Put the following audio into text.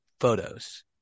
photos